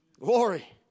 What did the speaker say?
Glory